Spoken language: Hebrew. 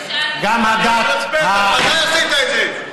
גם הדת, גם הדת, גם הדת, מתי עשית את זה?